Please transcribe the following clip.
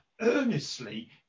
Earnestly